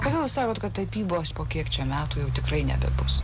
kodėl jūs sakot kad tapybos po kiek metų jau tikrai nebebus